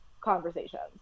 conversations